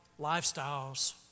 lifestyles